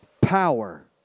Power